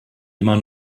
immer